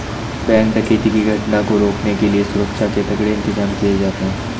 bank डकैती की घटना को रोकने के लिए सुरक्षा के तगड़े इंतजाम किए जाते हैं